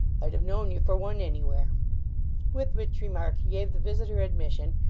i'd have known you for one, anywhere with which remark he gave the visitor admission,